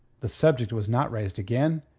the subject was not raised again,